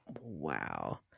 Wow